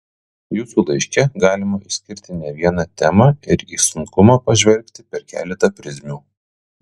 jūsų laiške galima išskirti ne vieną temą ir į sunkumą pažvelgti per keletą prizmių